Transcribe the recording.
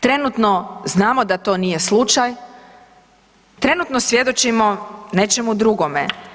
Trenutno znamo da to nije slučaj, trenutno svjedočimo nečemu drugome.